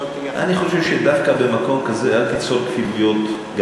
אני חושב: אל תיצור כפילויות.